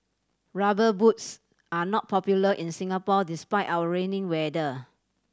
Rubber Boots are not popular in Singapore despite our rainy weather